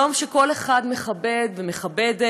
יום שכל אחד מכבד ומכבדת,